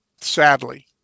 sadly